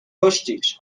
کشتیش